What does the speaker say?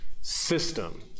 system